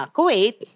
Kuwait